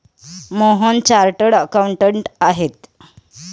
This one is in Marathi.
मोहन चार्टर्ड अकाउंटंट आहेत